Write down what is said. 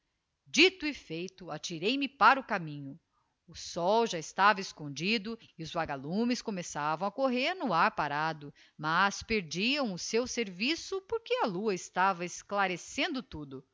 dito e feito atirei-me para o caminho o sol já estava escondido e os vagalumes começavam a correr no ar parado mas perdiam o seu serviço porque a lua estava esclarecendo tudo